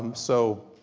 um so,